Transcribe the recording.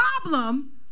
problem